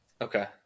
Okay